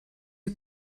you